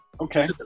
Okay